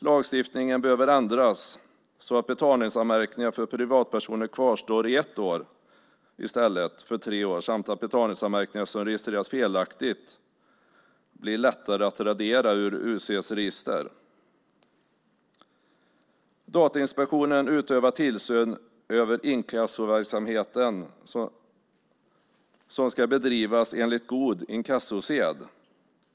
Lagstiftningen behöver ändras så att betalningsanmärkningar för privatpersoner kvarstår i ett år i stället för tre år och att betalningsanmärkningar som registreras felaktigt blir lättare att radera ur UC:s register. Datainspektionen utövar tillsyn över inkassoverksamheten som ska bedrivas enligt god inkassosed.